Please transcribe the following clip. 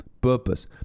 purpose